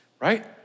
right